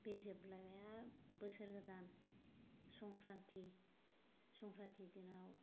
बे जोबलायबाय आर बोसोर गोदान संक्रान्ति संक्रान्ति दिनाव